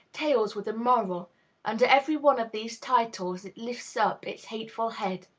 tales with a moral under every one of these titles it lifts up its hateful head.